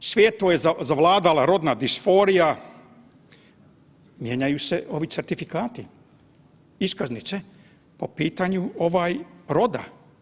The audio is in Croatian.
Svijetom je zavlada rodna disforija, mijenjaju se ovi certifikati, iskaznice po pitanju roda.